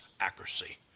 accuracy